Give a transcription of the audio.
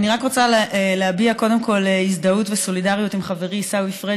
אני רק רוצה להביע קודם כול הזדהות וסולידריות עם חברי עיסאווי פריג',